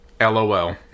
LOL